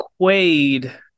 Quaid